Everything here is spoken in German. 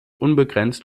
unbegrenzt